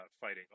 fighting